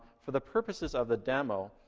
for the purposes of the demo,